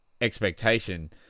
expectation